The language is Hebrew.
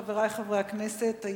חברי חברי הכנסת,